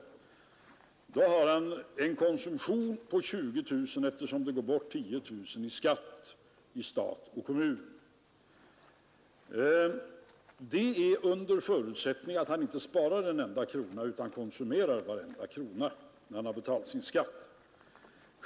Vederbörande har en konsumtion av 20 000 kronor, eftersom det går bort 10 000 kronor i skatt till stat och kommun. Det gäller under förutsättning att han inte sparar en enda krona utan konsumerar hela sin inkomst efter skatt.